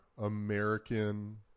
American